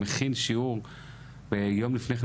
מכין שעור ויום לפני כן,